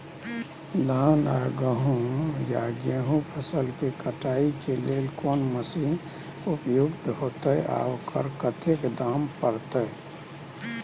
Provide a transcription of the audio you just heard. धान आ गहूम या गेहूं फसल के कटाई के लेल कोन मसीन उपयुक्त होतै आ ओकर कतेक दाम परतै?